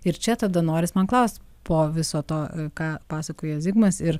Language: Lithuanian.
ir čia tada noris man klaust po viso to ką pasakoja zigmas ir